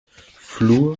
fluor